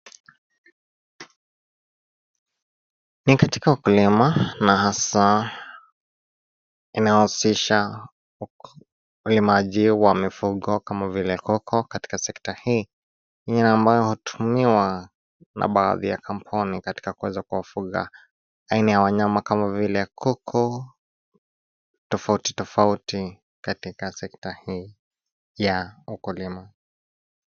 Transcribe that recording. Ni katika ukulima na hasa inahusisha ukulimaji wa mifugo kama vile kuku katika sekta hii. Ni ambayo hutumiwa na baadhi ya kampuni katika kuweza kufuga aina ya wanyama kama vile kuku tofauti tofauti katika sekta hii ya ukulima.